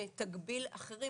שתגביל אחרים